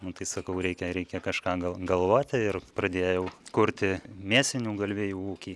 nu tai sakau reikia reikia kažką gal galvoti ir pradėjau kurti mėsinių galvijų ūkį